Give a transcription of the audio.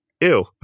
ew